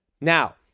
Now